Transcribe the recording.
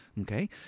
Okay